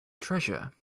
treasure